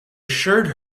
assured